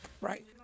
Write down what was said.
right